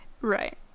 Right